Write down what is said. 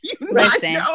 listen